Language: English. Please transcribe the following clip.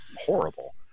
horrible